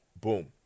Boom